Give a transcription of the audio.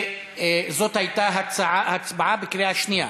זאת הייתה הצבעה בקריאה שנייה.